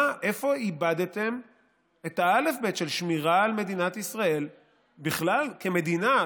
איפה איבדתם את האלף-בית של שמירה על מדינת ישראל בכלל כמדינה,